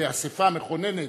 כאספה מכוננת,